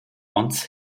ons